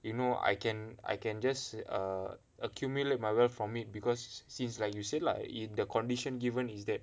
you know I can I can just err accumulate my wealth from it because since like you said lah in the condition given is that